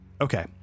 Okay